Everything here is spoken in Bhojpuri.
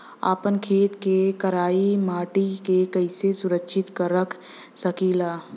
आपन खेत के करियाई माटी के कइसे सुरक्षित रख सकी ला?